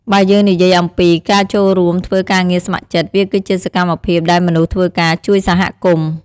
បើយើងនិយាយអំពី ការចូលរួមធ្វើការងារស្ម័គ្រចិត្ត វាគឺជាសកម្មភាពដែលមនុស្សធ្វើការជួយសហគមន៍។